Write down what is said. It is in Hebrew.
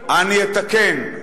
אני אתקן,